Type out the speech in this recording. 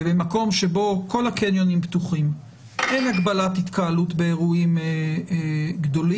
ובמקום שבו כל הקניונים פתוחים ואין הגבלת התקהלות באירועים גדולים,